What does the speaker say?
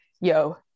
yo